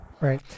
Right